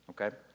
Okay